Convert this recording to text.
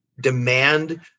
demand